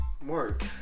work